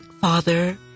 Father